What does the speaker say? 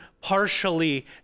partially